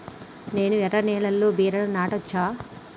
నేను ఎర్ర నేలలో బీరలు నాటచ్చా?